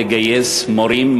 לגייס מורים,